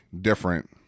different